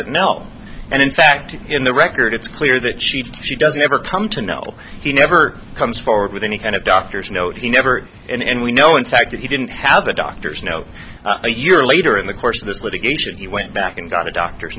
doesn't know and in fact in the record it's clear that she she doesn't ever come to know he never comes forward with any kind of doctor's note he never and we know in fact if he didn't have the doctors know a year later in the course of this litigation he went back and got a doctor's